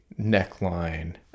neckline